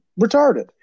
retarded